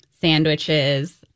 sandwiches